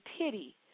pity